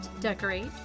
decorate